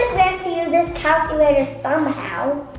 to use this calculator somehow.